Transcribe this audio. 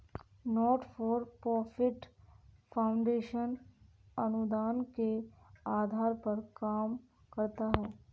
not for profit foundation अनुदान के आधार पर काम करता है